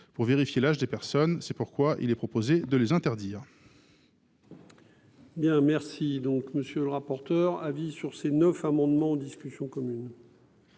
pour vérifier l’âge des personnes. C’est pourquoi il est proposé de les interdire.